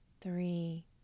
three